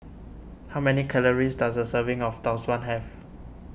how many calories does a serving of Tau Suan have